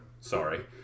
sorry